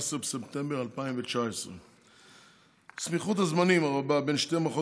17 בספטמבר 2019. סמיכות הזמנים הרבה בין שתי מערכות